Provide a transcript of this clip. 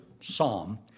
Psalm